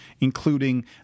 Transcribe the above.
including